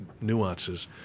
nuances